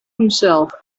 himself